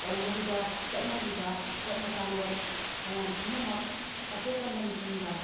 ꯇꯧꯅꯔꯤꯕ ꯆꯠꯅꯔꯤꯕ ꯆꯠꯅ ꯀꯥꯡꯂꯣꯟ ꯃꯌꯥꯝ ꯄꯨꯝꯅꯃꯛ ꯑꯇꯣꯞꯄ ꯂꯝꯁꯤꯡꯒ